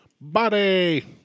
Body